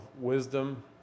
wisdom